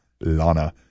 Lana